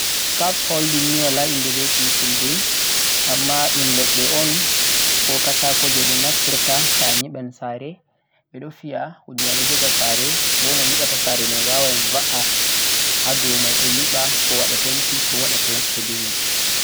scaffolding ni wala inde beh fulfulde ama dhum ledde on ko katako jeh beh naftirta to'a nyibam saare behdo fiya hunde mai do jogha saare boh mo nyibata saare mai wawan va'a hado mai do nyiba ko wada penty ko wada plasta beh mai